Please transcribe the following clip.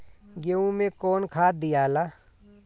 गेहूं मे कौन खाद दियाला?